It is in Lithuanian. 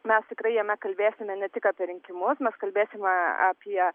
mes tikrai jame kalbėsime ne tik apie rinkimus mes kalbėsime apie